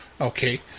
Okay